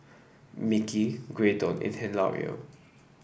Micky Graydon and Hilario